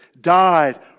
died